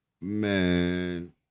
Man